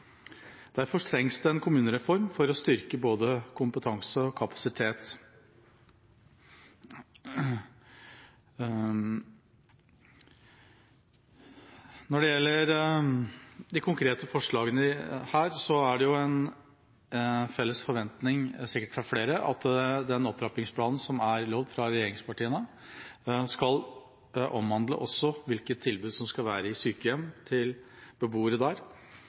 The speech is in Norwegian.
Derfor trengs det en kommunereform for å styrke både kompetanse og kapasitet. Når det gjelder de konkrete forslagene her, er det en felles forventning, sikkert fra flere, at den opptrappingsplanen som er lovet fra regjeringspartiene, også skal omhandle hvilket tilbud som skal være til beboere i sykehjem,